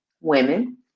women